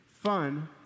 fun